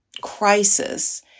crisis